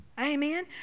Amen